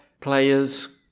players